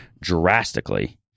Drastically